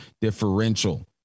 differential